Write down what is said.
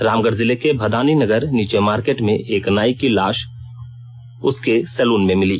रामगढ़ जिले के भदानी नगर नीचे मार्केट में एक नाई की लाश उसके सलून में मिली